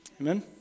Amen